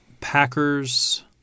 Packers